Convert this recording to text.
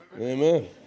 Amen